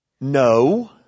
No